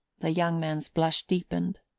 the young man's blush deepened.